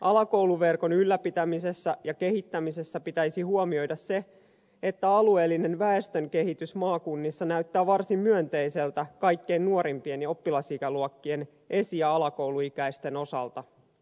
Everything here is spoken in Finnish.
alakouluverkon ylläpitämisessä ja kehittämisessä pitäisi huomioida se että alueellinen väestönkehitys maakunnissa näyttää varsin myönteiseltä kaikkein nuorimpien oppilasikäluokkien esi ja alakouluikäisten osalta